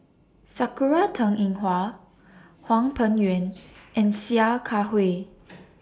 Sakura Teng Ying Hua Hwang Peng Yuan and Sia Kah Hui